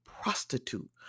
prostitute